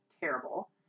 terrible